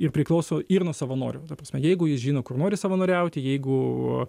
ir priklauso ir nuo savanorių ta prasme jeigu jis žino kur nori savanoriauti jeigu